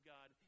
God